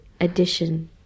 addition